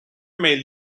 may